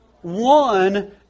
One